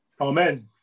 Amen